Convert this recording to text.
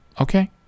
okay